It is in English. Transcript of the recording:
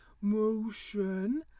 motion